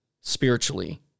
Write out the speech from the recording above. spiritually